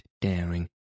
daring